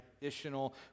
traditional